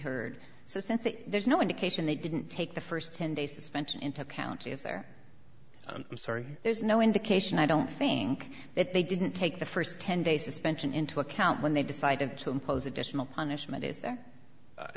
heard so sent that there's no indication they didn't take the first ten day suspension into account is there and i'm sorry there's no indication i don't think that they didn't take the first ten day suspension into account when they decided to impose additional punishment is th